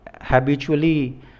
habitually